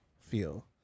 Feel